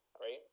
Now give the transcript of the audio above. right